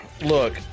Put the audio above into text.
Look